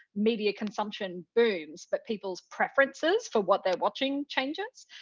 media consumption booms. but people's preferences for what they're watching changes.